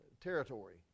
territory